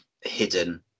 hidden